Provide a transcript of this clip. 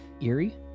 eerie